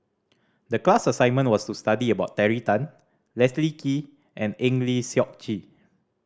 the class assignment was to study about Terry Tan Leslie Kee and Eng Lee Seok Chee